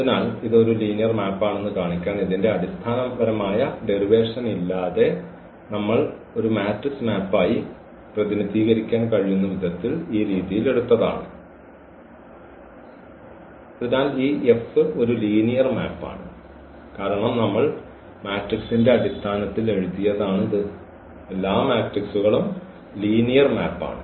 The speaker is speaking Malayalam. അതിനാൽ ഇത് ഒരു ലീനിയർ മാപ്പാണെന്ന് കാണിക്കാൻ ഇതിന്റെ അടിസ്ഥാനപരമായ ഡെറിവേഷൻ ഇല്ലാതെ നമ്മൾ ഒരു മാട്രിക്സ് മാപ്പായി പ്രതിനിധീകരിക്കാൻ കഴിയുന്ന വിധത്തിൽ ഈ രീതിയിൽ എടുത്തതാണ് അതിനാൽ ഈ F ഒരു ലീനിയർ മാപ്പാണ് കാരണം നമ്മൾ മാട്രിക്സിന്റെ അടിസ്ഥാനത്തിൽ എഴുതിയതാണ് ഇത് എല്ലാ മാട്രിക്സുകളും ലീനിയർ മാപ്പാണ്